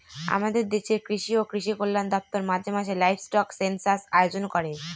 আমাদের দেশের কৃষি ও কৃষি কল্যাণ দপ্তর মাঝে মাঝে লাইভস্টক সেনসাস আয়োজন করে